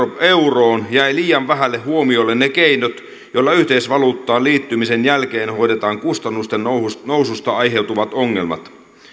euroon jäivät liian vähälle huomiolle ne keinot joilla yhteisvaluuttaan liittymisen jälkeen hoidetaan kustannusten noususta noususta aiheutuvat ongelmat